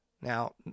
Now